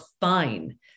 fine